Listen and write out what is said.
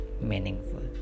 meaningful